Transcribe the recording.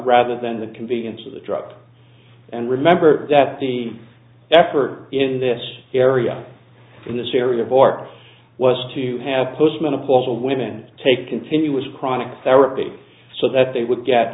rather than the convenience of the drug and remember that the effort in this area in this area of art was to have post menopausal women take continuous chronic therapy so that they would get